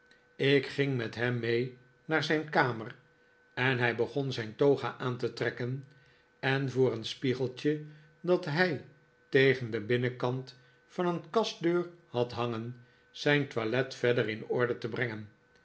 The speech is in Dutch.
ik ging met hem mee naar zijn kamer en hij begon zijn toga aan te trekken en voor een spiegeltje dat hij tegen den binnenkant van een kastdeur had hangen zijn toilet verder in orde te brengen